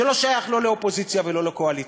זה לא שייך לא לאופוזיציה ולא לקואליציה.